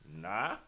Nah